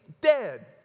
dead